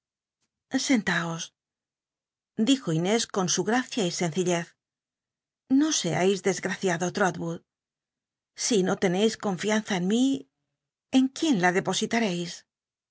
os dijo inés con su gracia y sencillez no scais desgnciado l otwoocl si no teneis confianza en mi en quién la depositareis